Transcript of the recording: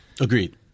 Agreed